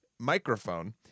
microphone